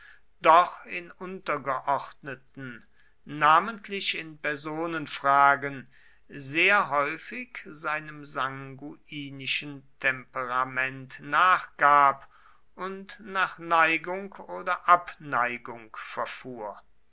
doch in untergeordneten namentlich in personenfragen sehr häufig seinem sanguinischen temperament nachgab und nach neigung oder abneigung verfuhr